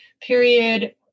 period